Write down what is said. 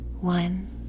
One